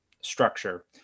structure